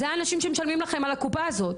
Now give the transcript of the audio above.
אלה האנשים שמשלמים לכם לקופה הזאת.